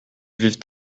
vivent